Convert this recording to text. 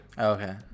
Okay